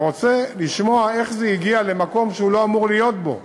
ורוצה לשמוע איך זה הגיע למקום שהוא לא אמור להיות בו.